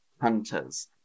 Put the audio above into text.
hunters